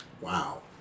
Wow